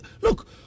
look